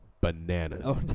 bananas